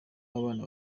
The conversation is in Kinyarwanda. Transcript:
w’abana